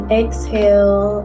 exhale